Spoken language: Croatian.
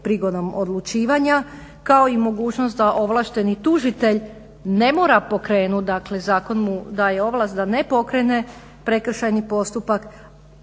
prigodom odlučivanja kao i mogućnost da ovlašteni tužitelj ne mora pokrenuti dakle zakon mu daje ovlast da ne pokrene prekršajni postupak